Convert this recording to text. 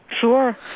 Sure